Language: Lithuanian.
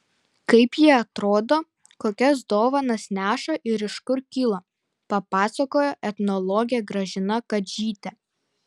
kaip ji atrodo kokias dovanas neša ir iš kur kilo papasakojo etnologė gražina kadžytė